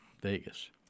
Vegas